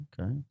Okay